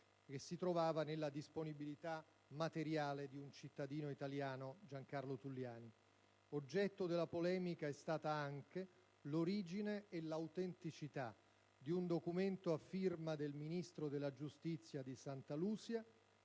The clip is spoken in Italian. che si trovava nella disponibilità materiale di un cittadino italiano, Giancarlo Tulliani. Oggetto della polemica sono state anche l'origine e l'autenticità di un documento a firma del Ministro della giustizia di Santa Lucia,